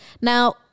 Now